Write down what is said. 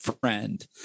friend